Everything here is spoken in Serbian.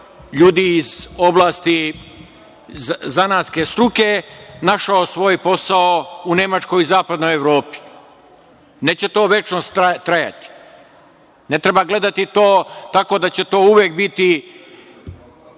ljudi iz oblasti zanatske struke našao svoj posao u Nemačkoj i zapadnoj Evropi. Neće to večno trajati. Ne treba gledati to tako da će to uvek biti